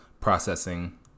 processing